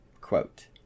Quote